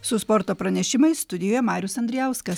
su sporto pranešimais studijoje marius andrijauskas